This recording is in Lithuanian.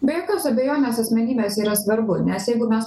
be jokios abejonės asmenybės yra svarbu nes jeigu mes